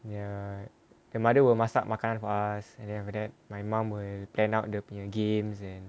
ya her mother will masak makanan for us and then after that my mum will plan out dia punya games and